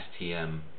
STM